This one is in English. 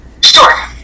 Sure